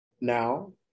now